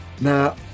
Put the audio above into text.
Now